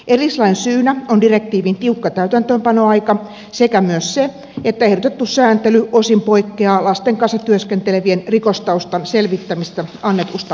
erillislain syynä on direktiivin tiukka täytäntöönpanoaika sekä myös se että ehdotettu sääntely osin poikkeaa lasten kanssa työskentelevien rikostaustan selvittämisestä annetusta laista